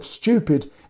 stupid